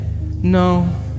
No